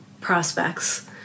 prospects